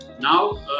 Now